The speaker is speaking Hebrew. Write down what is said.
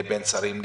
בין שרים,